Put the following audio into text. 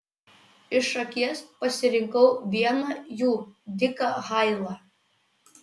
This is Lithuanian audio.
iš akies pasirinkau vieną jų diką hailą